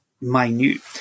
minute